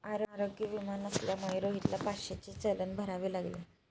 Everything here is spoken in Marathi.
आरोग्य विमा नसल्यामुळे रोहितला पाचशेचे चलन भरावे लागले